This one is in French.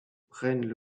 prennent